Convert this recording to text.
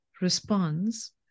responds